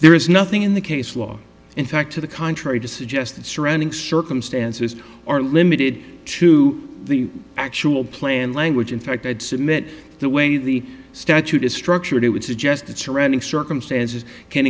there is nothing in the case law in fact to the contrary to suggest the surrounding circumstances are limited to the actual planned language in fact i'd submit the way the statute is structured it would suggest that surrounding circumstances can